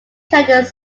judges